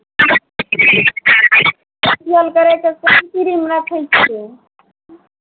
facial करयके कोन cream रखै छियै